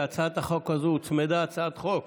להצעת החוק הזו הוצמדה הצעת חוק